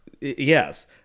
yes